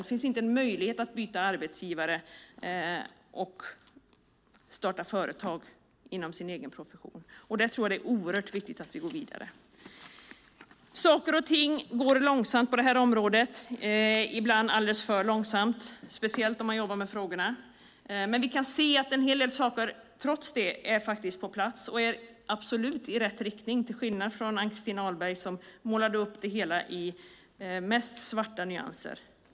Det finns inte en möjlighet att byta arbetsgivare eller att starta företag inom sin egen profession. Där tror jag att det är oerhört viktigt att vi går vidare. Saker och ting går långsamt på det här området, ibland alldeles för långsamt, speciellt när man jobbar med frågorna. Men vi kan se att en hel del saker trots det faktiskt är på plats och absolut går i rätt riktning, till skillnad från det Ann-Christin Ahlberg målade upp i mest svarta nyanser.